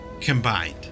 combined